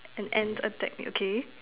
an ant attack okay